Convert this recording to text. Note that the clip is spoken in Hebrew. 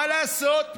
מה לעשות,